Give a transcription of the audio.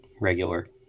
Regular